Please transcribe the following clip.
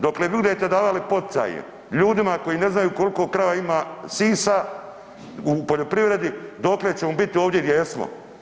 Dokle budete davali poticaje ljudima koji ne znaju koliko krava ima sisa u poljoprivredi dotle ćemo biti ovdje gdje jesmo.